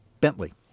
Bentley